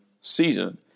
season